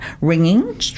ringing